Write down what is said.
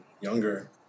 younger